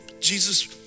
Jesus